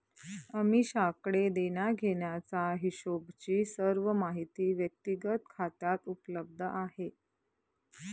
अमीषाकडे देण्याघेण्याचा हिशोबची सर्व माहिती व्यक्तिगत खात्यात उपलब्ध आहे